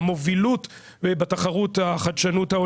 במובילות ובתחרות החדשנות.